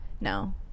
No